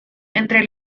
entre